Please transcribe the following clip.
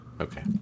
Okay